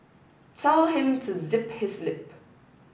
tell him to zip his lip